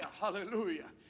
Hallelujah